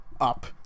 up